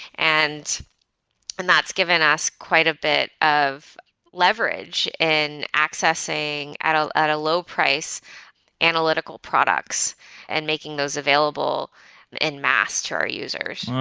and and that's given us quite a bit of leverage in accessing at ah at a low price analytical products and making those available in mass to our users.